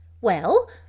Well